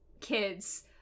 kids